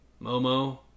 Momo